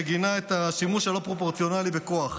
שגינה את השימוש הלא-פרופורציונלי בכוח,